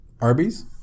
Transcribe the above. Arby's